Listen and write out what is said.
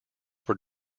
were